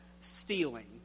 stealing